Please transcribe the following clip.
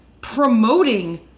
promoting